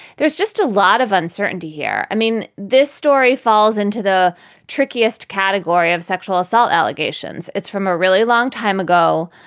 there's just a lot of uncertainty here. i mean, this story falls into the trickiest category of sexual assault allegations. it's from a really long time ago.